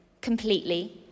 completely